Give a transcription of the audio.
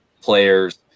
players